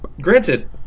Granted